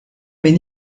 min